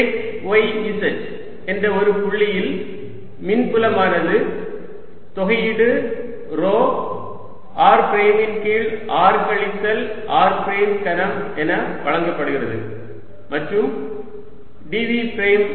X y z என்ற ஒரு புள்ளியில் மின்புலமானது தொகையீடு ρ r பிரைமின் கீழ் r கழித்தல் r பிரைம் கனம் என வழங்கப்படுகிறது மற்றும் dv பிரைம்